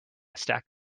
stack